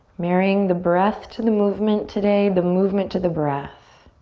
marrying the breath to the movement today, the movement to the breath.